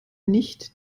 nicht